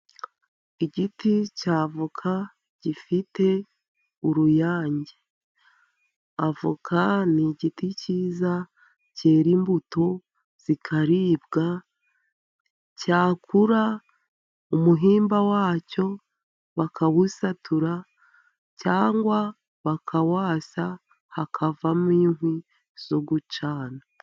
Igiti cy'avoka gifite uruyange. Avoka n'igiti cyiza cyera imbuto zikaribwa, cyakura umuhimpa wacyo bakawusatura cyangwa bakawasa hakavamo inkwi zo gucyana.